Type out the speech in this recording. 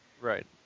Right